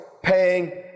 paying